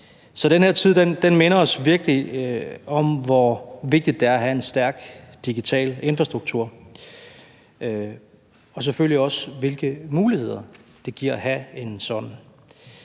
Så den her tid minder os virkelig om, hvor vigtigt det er at have en stærk digital infrastruktur, og selvfølgelig også om, hvilke muligheder det giver at have en sådan.